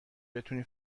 بتونی